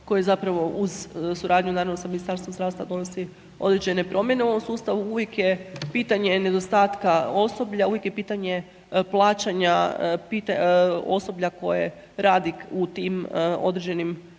koje zapravo uz suradnju naravno sa Ministarstvom zdravstva donosi određene promjene u ovom sustavu. Uvijek je pitanje nedostatka osoblja, uvijek je pitanje plaćanja osoblja koje radi u time određenim